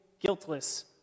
guiltless